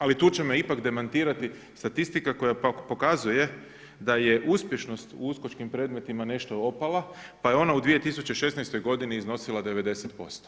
Ali tu će me ipak demantirati statistika koja pak pokazuje da je uspješnost u USKOK-im predmetima nešto opala pa je ona u 2016. godini iznosila 90%